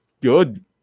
good